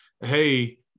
hey